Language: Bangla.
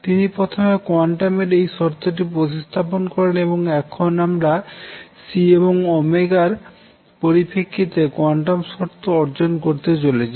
তিনি প্রথমে কোয়ান্টামের এই শর্তটি প্রতিস্থাপন করেন এবং এখন আমরা C এবং এর পরিপ্রেক্ষিতে কোয়ান্টাম শর্ত অর্জন করতে চলেছি